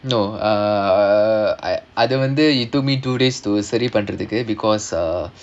no uh அது வந்து:adhu vandhu it took me two days to சரி பண்றதுக்கு:sari pandrathukku because uh